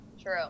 True